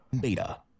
Beta